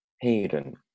Hayden